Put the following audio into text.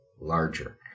larger